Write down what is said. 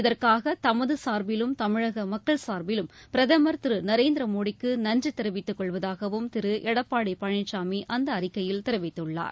இதற்காக தமது சார்பிலும் தமிழக மக்கள் சார்பிலும் பிரதமர் திரு நரேந்திரமோடிக்கு நன்றி தெரிவித்துக்கொள்வதாகவும் திரு எடப்பாடி பழனிசாமி அந்த அறிக்கையில் தெரிவித்துள்ளார்